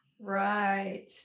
Right